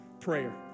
prayer